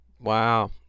Wow